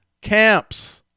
camps